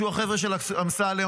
שהוא החבר'ה של אמסלם,